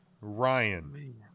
Ryan